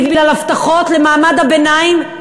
בגלל הבטחות למעמד הביניים,